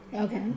Okay